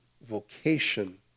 vocation